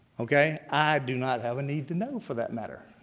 okay? i do not have a need to know for that matter.